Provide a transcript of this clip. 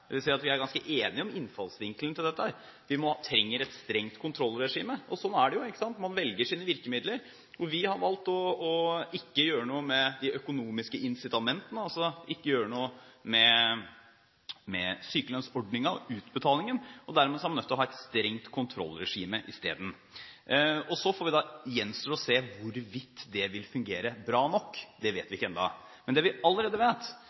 at vi er ganske enige om innfallsvinkelen til dette. Vi trenger et strengt kontrollregime. Sånn er det, man velger sine virkemidler. Vi har valgt å ikke gjøre noe med de økonomiske incitamentene, altså ikke gjøre noe med sykelønnsordningen og utbetalingen, og dermed er man nødt til å ha et strengt kontrollregime i stedet. Så gjenstår det å se hvorvidt det vil fungere bra nok. Det vet vi ikke ennå. Det vi allerede vet,